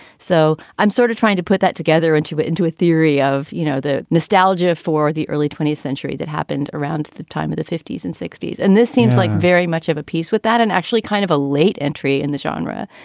so i'm sort of trying to put that together into it, into a theory of, you know, the nostalgia for the early twentieth century that happened around the time of the fifty s and sixty s. and this seems like very much of a piece with that and actually kind of a late entry in the genre.